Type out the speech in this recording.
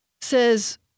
says